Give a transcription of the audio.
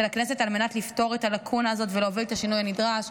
הכנסת על מנת לפתור את הלקונה הזאת ולהוביל את השינוי הנדרש.